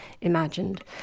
imagined